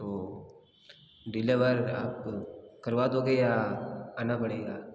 तो डिलेवर आप करवा दोगे या आना पड़ेगा